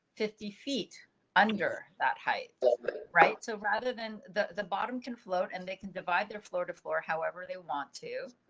fifty feet under that height right? so rather than the, the bottom can float and they can divide their floor to floor. however, they want to.